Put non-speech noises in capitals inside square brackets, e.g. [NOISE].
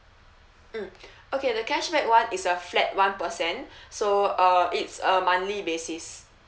mm [BREATH] okay the cashback one is a flat one percent [BREATH] so uh it's a monthly basis